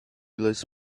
las